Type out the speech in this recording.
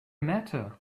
matter